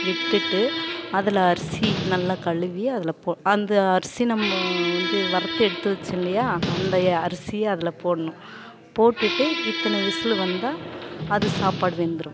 விட்டுட்டு அதில் அரிசி நல்லா களுவி அதில் போ அந்த அரிசி நம்ம வந்து வறுத்து எடுத்து வச்சேன் இல்லையா அந்த அரிசியை அதில் போடணும் போட்டுவிட்டு இத்தனை விசில் வந்தால் அது சாப்பாடு வெந்துடும்